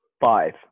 five